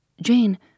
Jane